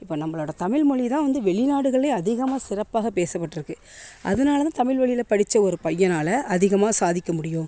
இப்போ நம்மளோடய தமிழ் மொழி தான் வந்து வெளி நாடுகளில் அதிகமாக சிறப்பாக பேசப்பட்டிருக்கு அதனால தான் தமிழ் வழில படித்த ஒரு பையனால் அதிகமாக சாதிக்க முடியும்